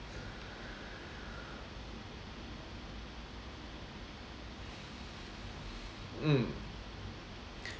mm